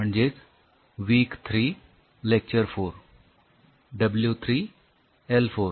म्हणजेच week three lecture four W 3 L 4